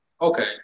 okay